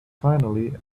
finally